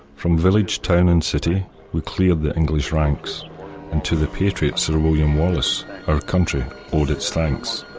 from village, town and city we cleared the english ranks and to the patriot sir william wallace our country owed its thanks.